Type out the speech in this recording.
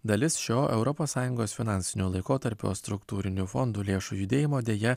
dalis šio europos sąjungos finansinio laikotarpio struktūrinių fondų lėšų judėjimo deja